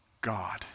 God